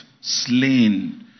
Slain